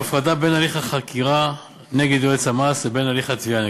הפרדה בין הליך החקירה נגד יועץ המס לבין הליך התביעה נגדו.